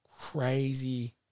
crazy